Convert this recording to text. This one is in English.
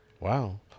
Wow